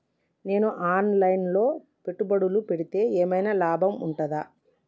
నేను online లో పెట్టుబడులు పెడితే ఏమైనా లాభం ఉంటదా?